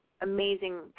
amazing